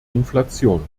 inflation